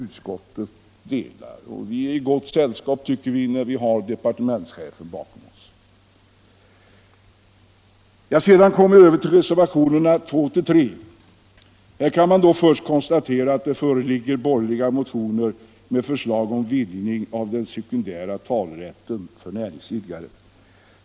Vi tycker dessutom att vi är i gott sällskap när vi har departementschefen bakom oss. Jag kommer sedan över till reservationerna 2 och 3. Här kan man först konstatera att det föreligger borgerliga motioner med förslag om vidgning av den sekundära talerätten för näringsidkare.